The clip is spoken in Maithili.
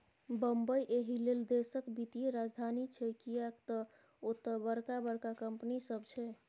बंबई एहिलेल देशक वित्तीय राजधानी छै किएक तए ओतय बड़का बड़का कंपनी सब छै